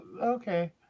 okay